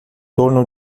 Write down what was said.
torno